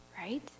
right